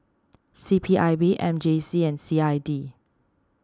C P I B M J C and C I D